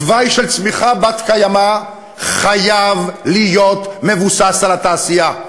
תוואי של צמיחה בת-קיימא חייב להיות מבוסס על התעשייה.